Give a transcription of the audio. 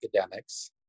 academics